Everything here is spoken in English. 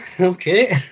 Okay